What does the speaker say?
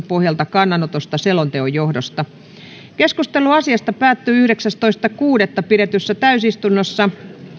pohjalta kannanotosta selonteon johdosta keskustelu asiasta päättyi yhdeksästoista kuudetta kaksituhattakahdeksantoista pidetyssä täysistunnossa